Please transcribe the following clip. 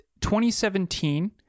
2017